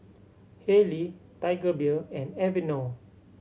Haylee Tiger Beer and Aveeno